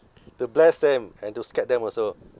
to bless them and to scared them also